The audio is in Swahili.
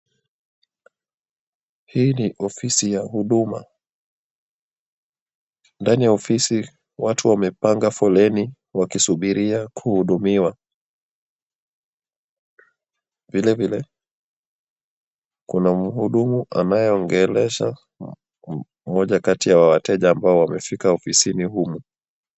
Hii ni ofisi ya huduma. Ndani ya ofisi watu wamepanga foleni wakisubiria kuhudumiwa. Vilevile, kuna mhudumu anayeongelesha mmoja kati ya wateja ambao wamefika ofisini humu.